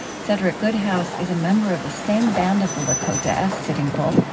cedric good house is a member of the same band of the lakota as sitting bull,